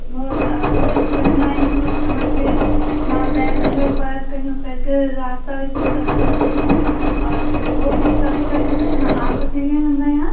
बहुत कोइ कठिनाइ नहि हैत अहाँके नहि बैग ढोएके पड़त कहीँ उतरिकऽ रास्ता भी बहुत अच्छा छै आओर बहुत ही सबकुछ अच्छा छै अहाँ आ सकलिए हँ हमरा यहाँ